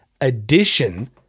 addition